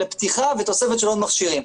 לפתיחה ותוספת של עוד מכשירים.